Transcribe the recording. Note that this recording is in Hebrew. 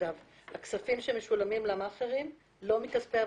הכספים שמשולמים למאכערים לא מכספי הוועדה.